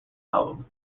album